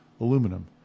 aluminum